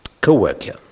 co-worker